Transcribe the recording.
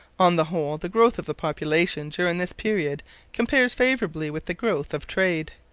on the whole, the growth of the population during this period compares favourably with the growth of trade.